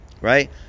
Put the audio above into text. Right